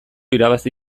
irabazi